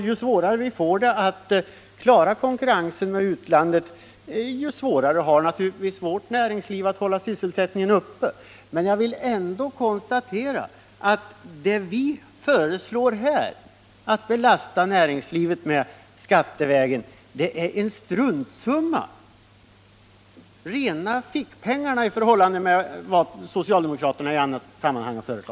Ju svårare vårt näringsliv får att klara konkurrensen med utlandet, desto svårare får det att hålla sysselsättningen uppe. Jag vill ändå konstatera att det vi nu föreslår att belasta näringslivet med skattevägen är en struntsumma, rena fickpengarna, i förhållande till vad socialdemokraterna i annat sammanhang har föresla